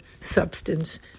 substance